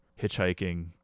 hitchhiking